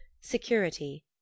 security